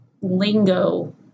lingo